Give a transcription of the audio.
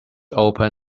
open